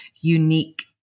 unique